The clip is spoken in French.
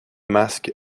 masques